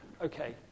Okay